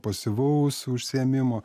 pasyvaus užsiėmimo